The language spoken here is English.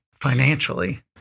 financially